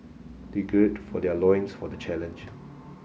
they gird for their loins for the challenge